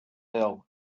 ill